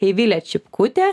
eivilė čipkutė